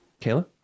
Kayla